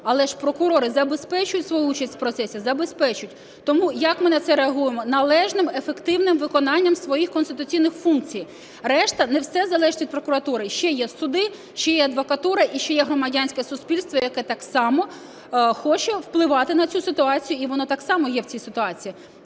Але ж прокурори забезпечують свою участь в процесі? Забезпечують. Тому як ми на це реагуємо? Належним ефективним виконанням своїх конституційних функцій. Решта не все залежить від прокуратури, ще є суди, ще є адвокатура і ще є громадянське суспільство, яке так само хоче впливати на цю ситуацію і воно так само є в цій ситуації.